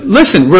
listen